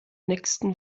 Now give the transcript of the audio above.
nächsten